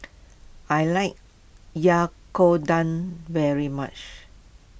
I like Yakodon very much